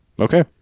Okay